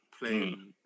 playing